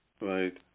right